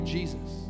Jesus